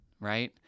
right